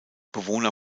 bewohner